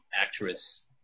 Actress